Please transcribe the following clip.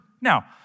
Now